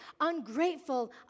ungrateful